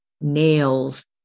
nails